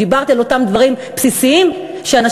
דיברתי על אותם דברים בסיסיים שאנשים